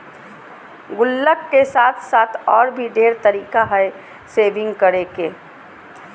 गुल्लक के साथ साथ और भी ढेर तरीका हइ सेविंग्स करे के